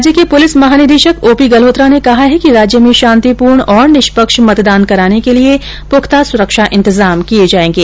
राज्य के पुलिस महानिदेशक ओपी गलहोत्रा ने कहा है कि राज्य में शांतिपूर्ण और निष्पक्ष मतदान कराने के लिए पुख्ता सुरक्षा इंतजाम किए जाएंगे